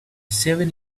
seven